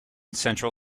central